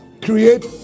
create